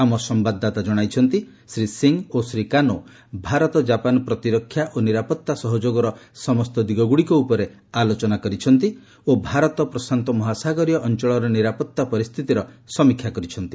ଆମ ସମ୍ଭାଦଦାତା ଜଣାଇଛନ୍ତି ଶ୍ରୀ ସିଂହ ଓ ଶ୍ରୀ କାନୋ ଭାରତ ଜାପାନ୍ ପ୍ରତିରକ୍ଷା ଓ ନିରାପତ୍ତା ସହଯୋଗର ସମସ୍ତ ଦିଗଗୁଡ଼ିକ ଉପରେ ଆଲୋଚନା କରିଛନ୍ତି ଓ ଭାରତ ପ୍ରଶାନ୍ତ ମହାସାଗରୀୟ ଅଞ୍ଚଳର ନିରାପଭା ପରିସ୍ଥିତିର ସମୀକ୍ଷା କରିଛନ୍ତି